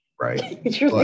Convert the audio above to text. right